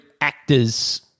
actors